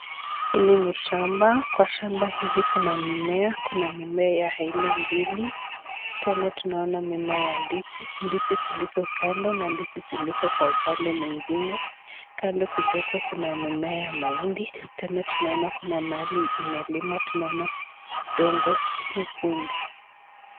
Hili ni shamba, kwa shamba hili kuna mimea, kuna mimea ya aina mbili, tena tunaona mimea ya ndizi, ndizi zilizo pandwa na ndizi zilizo kwa upande mwingine, kando kidogo kuna mimea ya mahindi, tena tunaona kuna mahali imelimwa ,tunaona udongo nyekundu.